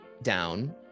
down